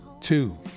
Two